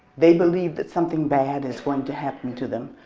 they believe that something bad is going to happen to them.